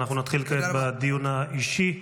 נתחיל כעת בדיון האישי.